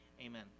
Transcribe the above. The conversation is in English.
amen